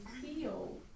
feel